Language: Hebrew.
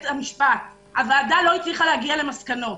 המשפט: הוועדה לא הצליחה להגיע למסקנות.